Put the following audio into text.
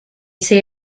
say